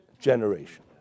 generation